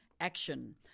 action